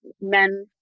men